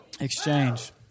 Exchange